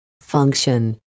Function